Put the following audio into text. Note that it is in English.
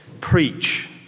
Preach